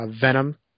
Venom